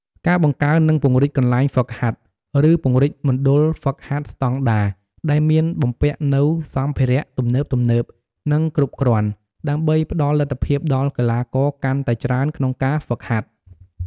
ការបង្កើន និងពង្រីកកន្លែងហ្វឹកហាត់ ឬពង្រីកមណ្ឌលហ្វឹកហាត់ស្តង់ដារដែលមានបំពាក់នូវសម្ភារៈទំនើបៗ និងគ្រប់គ្រាន់ ដើម្បីផ្តល់លទ្ធភាពដល់កីឡាករកាន់តែច្រើនក្នុងការហ្វឹកហាត់។